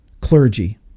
clergy